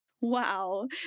Wow